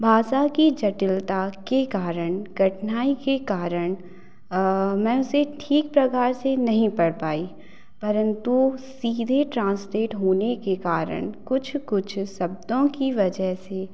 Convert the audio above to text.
भाषा की जटिलता के कारण कठिनाई के कारण मैं उसे ठीक प्रकार से नहीं पढ़ पाई परंतु सीधे ट्रांसलेट होने के कारण कुछ कुछ शब्दों की वजह से